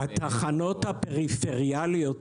התחנות הפריפריאליות,